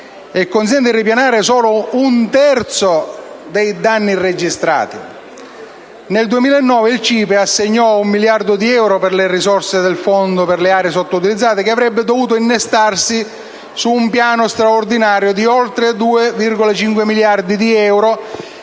e consente di ripianare solo un terzo dei danni registrati. Nel 2009 il CIPE assegnò un miliardo di euro delle risorse del Fondo per le aree sottoutilizzate, che avrebbe dovuto innestarsi in un piano straordinario di 2,5 miliardi di euro